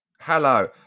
Hello